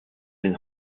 den